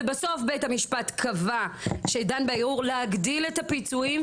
ובסוף בית המשפט קבע כשדן בערעור להגדיל את הפיצויים,